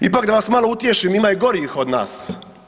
Ipak da vas malo utješim, ima i gorih od nas.